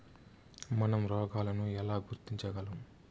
మనం రోగాలను ఎలా గుర్తించగలం?